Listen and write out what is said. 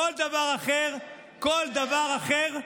כל דבר אחר,